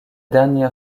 dernière